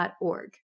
org